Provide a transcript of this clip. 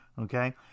Okay